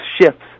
shifts